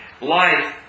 life